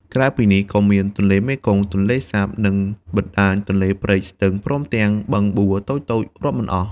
ក្រៅពីនេះ ក៏មានទន្លេមេគង្គ ទន្លេសាប និងបណ្ដាញទន្លេ ព្រែក ស្ទឹង ព្រមទាំងបឹងបួរតូចៗរាប់មិនអស់។